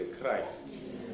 Christ